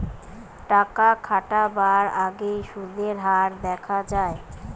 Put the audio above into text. টাকা খাটাবার আগেই সুদের হার দেখা যায়